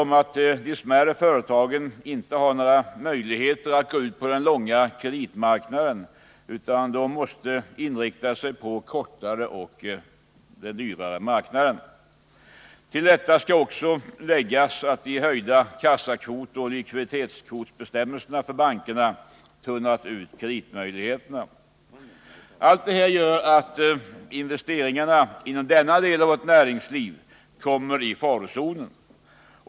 Småföretagarna har heller inte några möjligheter att gå ut på den långa kreditmarknaden utan måste inrikta sig på den kortare och dyrare marknaden. Till detta kommer att de höjda kassakvotsoch likviditetskvotsbestämmelserna för bankerna tunnat ut kreditmöjligheterna. Allt detta gör att investeringarna inom denna del av vårt näringsliv kommer i farozonen.